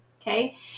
Okay